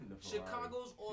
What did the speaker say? Chicago's